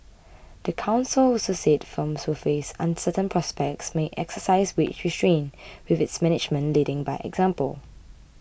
the council also said firms who face uncertain prospects may exercise wage restraint with its management leading by example